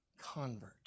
convert